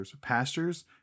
pastures